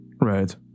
Right